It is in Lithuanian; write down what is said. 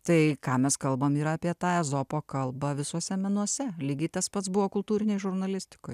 tai ką mes kalbam yra apie tą ezopo kalbą visuose menuose lygiai tas pats buvo kultūrinėj žurnalistikoj